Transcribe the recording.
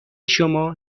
شما